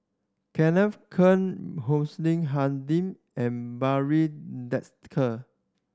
Kenneth Keng Hussein and Barry Desker